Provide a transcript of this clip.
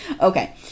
okay